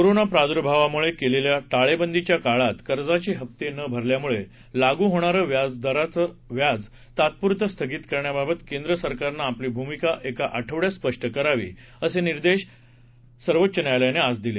corona प्रादुर्भावामुळे केलेल्या टाळेबंदीच्या काळात कर्जांचे हप्ते न भरल्यामुळे लागू होणारं व्याजावरचं व्याज तात्पुरतं स्थगित करण्याबाबत केंद्र सरकारनं आपली भूमिका एका आठवड्यात स्पष्ट करावी असे आदेश सर्वोच्च न्यायालयानं आज दिले